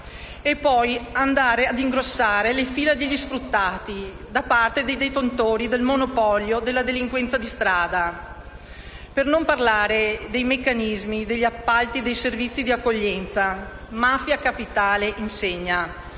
per poi andare ad ingrossare le fila degli sfruttati da parte dei detentori del monopolio della delinquenza di strada. Per non parlare del meccanismo degli appalti dei servizi di accoglienza: Mafia Capitale insegna